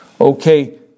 Okay